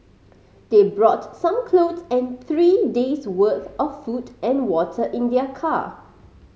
they brought some clothes and three days' worth of food and water in their car